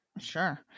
Sure